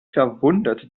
verwundert